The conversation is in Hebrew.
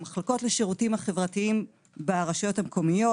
המחלקות לשירותים החברתיים ברשויות המקומיות,